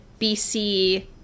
BC